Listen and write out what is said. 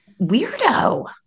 weirdo